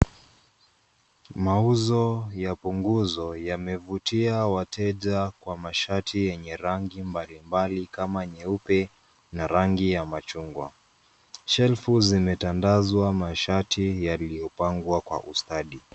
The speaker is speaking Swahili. Mauzo ya punguzo yamevutia wateja kwa mashati yenye rangi mbalimbali kama nyeupe na rangi ya machungwa, shelf zimetandazwa mashati yaliyopangwa kwa ustadi.